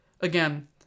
again